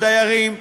הדיירים,